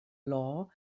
law